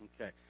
Okay